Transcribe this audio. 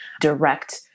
direct